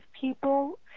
people